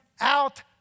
out